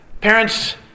Parents